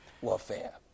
warfare